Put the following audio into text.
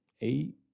eight